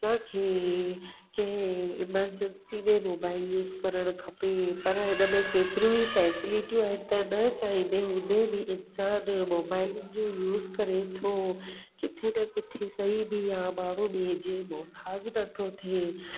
असांखे कंहिं एमरजैंसी में मोबाइल यूस करणु खपे पर हिन में केतरियूं ई फैसिलिटियूं आहिनि त न चाहींदे हूंदे बि इंसानु मोबाइल जो यूस करे थो किते न किते सही बि आहे माण्हू ॿे जे महोताज नथो थिए